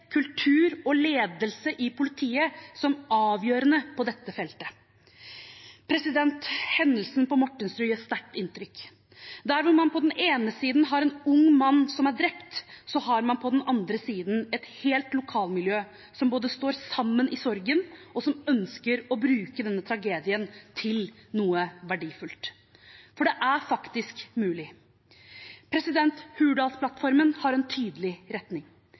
kultur og ledelse i politiet som avgjørende på dette feltet. Hendelsen på Mortensrud gjør sterkt inntrykk. Der hvor man på den ene siden har en ung mann som er drept, har man på den andre siden et helt lokalmiljø som både står sammen i sorgen, og som ønsker å bruke denne tragedien til noe verdifullt. For det er faktisk mulig. Hurdalsplattformen har en tydelig retning.